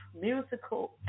musical